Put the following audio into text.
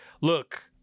look